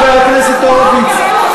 חבר הכנסת הורוביץ,